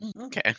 Okay